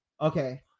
Okay